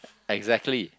exactly